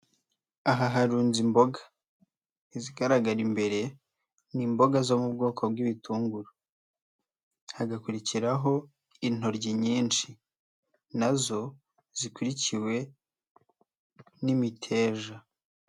Aha harunze imboga, izigaragara imbere ni imboga zo mu bwoko bw'ibitunguru, hagakurikiraho intoryi nyinshi na zo zikurikiwe n'imiteja.